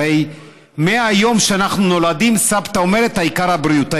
הרי מהיום שאנחנו נולדים סבתא אומרת: העיקר הבריאות,